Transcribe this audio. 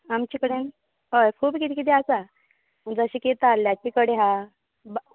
आमचें कडेन हय खूब किदें किदें आसा जशें की ताल्ल्याची कडी आसा बाह